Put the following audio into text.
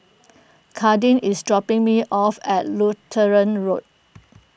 Kadin is dropping me off at Lutheran Road